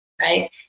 right